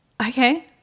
Okay